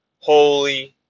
holy